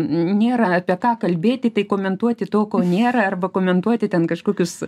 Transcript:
nėra apie ką kalbėti tai komentuoti to ko nėra arba komentuoti ten kažkokius